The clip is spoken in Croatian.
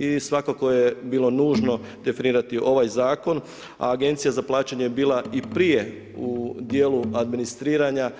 I svakako je bilo nužno definirati ovaj zakon, a Agencija za plaćanje je bila i prije u dijelu administriranja